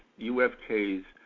UFK's